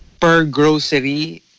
per-grocery